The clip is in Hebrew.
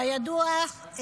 כידוע,